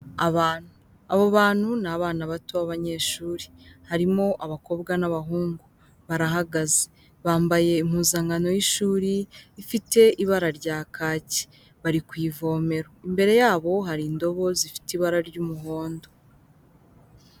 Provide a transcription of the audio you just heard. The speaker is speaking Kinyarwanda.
Abantu; abo bantu n' abana bato b'abanyeshuri harimo abakobwa n'abahungu barahagaze bambaye impuzankano y'ishuri ifite ibara rya kacye bari kw'ivomero, imbere yabo hari indobo z'ifite ibara ry'umuhondo.